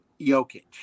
Jokic